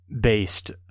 based